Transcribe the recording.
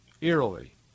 eerily